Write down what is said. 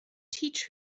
teach